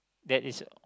that is